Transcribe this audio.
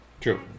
True